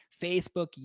Facebook